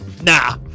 nah